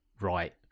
right